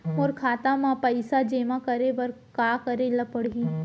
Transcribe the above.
मोर खाता म पइसा जेमा करे बर का करे ल पड़ही?